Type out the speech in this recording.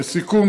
לסיכום,